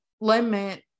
limit